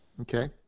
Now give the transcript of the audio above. Okay